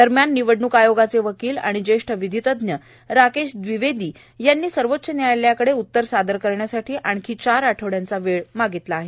दरम्यान निवडणूक आयोगाचे वकील आणि ज्येष्ठ विधीतज्ञ राकेश दविवेदी यांनी सर्वोच्च न्यायालयाकडे उतर सादर करण्यासाठी आणखी चार आठवड्यांचा वेळ मागितला आहे